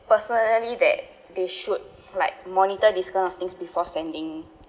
personally that they should like monitor this kind of things before sending